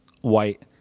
white